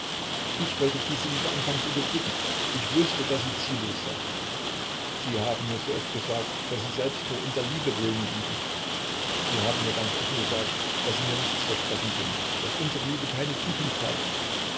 ich wollte diese liebe anfangs unterdrücken ich wußte daß sie ziellos sei sie haben mir so oft gesagt daß sie selbst nur um der liebe willen lieben sie haben mir ganz offen gesagt daß sie mir nichts versprechen können daß unsere liebe keine zukunft habe